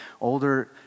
older